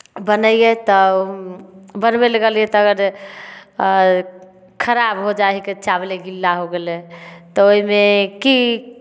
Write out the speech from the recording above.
बनैयै तऽ बनबय लेल गेलियै तकर बाद खराब हो जाइ हइ चावले गीला हो गेलै तऽ ओहिमे की